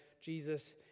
Jesus